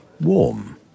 warm